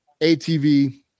ATV